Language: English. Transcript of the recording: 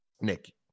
Nick